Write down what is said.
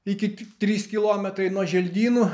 iki ti trys kilometrai nuo želdynų